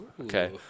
okay